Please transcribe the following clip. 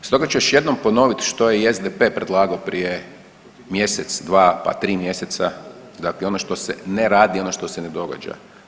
Stoga ću još jednom ponovit što je i SDP predlagao prije mjesec, dva, pa tri mjeseca, dakle ono što se ne radi, ono što se ne događa.